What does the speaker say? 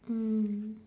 mm